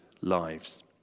lives